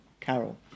Carol